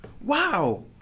Wow